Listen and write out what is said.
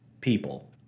people